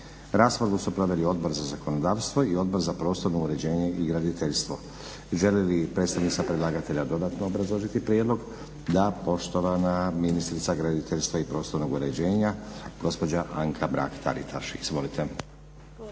Raspravu su proveli Odbor za zakonodavstvo i Odbor za prostorno uređenje i graditeljstvo. Želi li predstavnica predlagatelja dodatno obrazložiti prijedlog? Da. Poštovana ministrica graditeljstva i prostornog uređenja, gospođa Anka Mrak Taritaš. Izvolite.